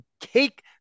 Take